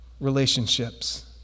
relationships